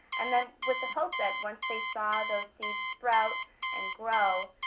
and then, with the hope that once they saw the seeds sprout and grow,